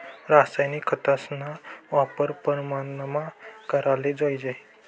रासायनिक खतस्ना वापर परमानमा कराले जोयजे